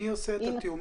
מי עושה את התיאום.?